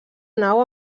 nau